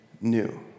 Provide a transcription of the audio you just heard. new